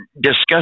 discuss